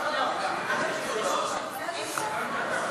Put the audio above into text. שירותים פיננסיים (שירותים פיננסיים מוסדרים),